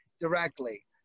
directly